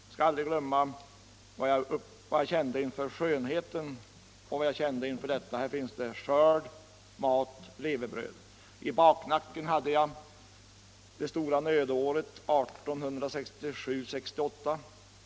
Jag skall aldrig glömma vad jag kände inför skönheten och vad jag kände inför att det här fanns skörd, mat och levebröd. I bakhuvudet hade jag det stora nödåret 1867/68.